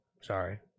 sorry